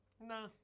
No